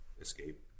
escape